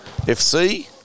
FC